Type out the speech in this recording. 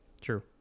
True